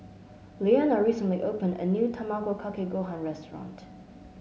Leanna recently opened a new Tamago Kake Gohan restaurant